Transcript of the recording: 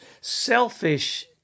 selfish